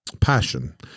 Passion